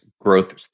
growth